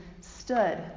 stood